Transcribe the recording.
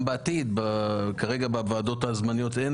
לכל סיעה יש חברים